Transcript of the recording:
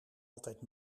altijd